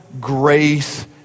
grace